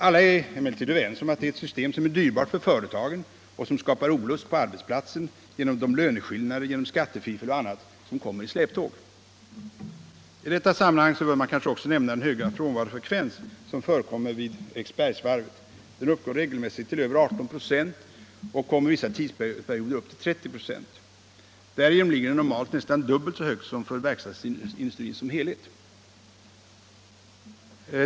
Alla är emellertid överens om att det är ett system som är dyrbart för företagen och som skapar olust på arbetsplatsen genom de löne skillnader på grund av skattefiffel och annat som kommer i släptåg. I detta sammanhang bör man kanske också nämna den höga frånvarofrekvensen vid Eriksbergsvarvet. Den uppgår regelmässigt till över 18 96 och kommer vissa tidsperioder upp i nämare 30 96. Därigenom ligger den normalt nästan dubbelt så högt som för verkstadsindustrin som helhet.